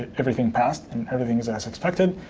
everything passed and everything is as expected.